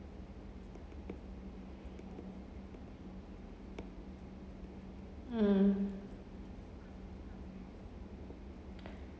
mm